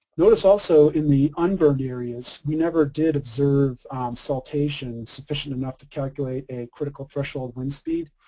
notice also in the unburned areas we never did observe saltations sufficient enough to calculate a critical threshold wind speed.